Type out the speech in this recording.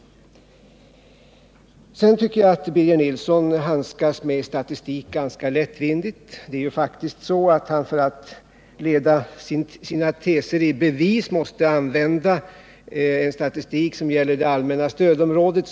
Sedan tycker jag att Birger Nilsson handskas ganska lättvindigt med statistik. För att leda sina teser i bevis måste han faktiskt använda statistik som gäller det allmänna stödområdet.